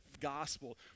gospel